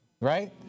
right